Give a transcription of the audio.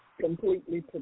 completely